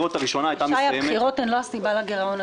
שי, הבחירות הן לא סיבה לגרעון.